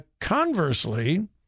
Conversely